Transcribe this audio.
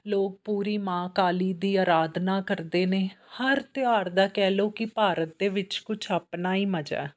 ਲੋਕ ਪੂਰੀ ਮਾਂ ਕਾਲੀ ਦੀ ਅਰਾਧਨਾ ਕਰਦੇ ਨੇ ਹਰ ਤਿਉਹਾਰ ਦਾ ਕਹਿ ਲਓ ਕਿ ਭਾਰਤ ਦੇ ਵਿੱਚ ਕੁਛ ਆਪਣਾ ਹੀ ਮਜ਼ਾ